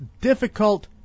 difficult